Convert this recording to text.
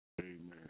Amen